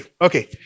okay